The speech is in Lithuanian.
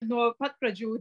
nuo pat pradžių